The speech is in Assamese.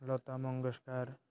লতা মংগেশকাৰ